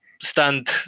stand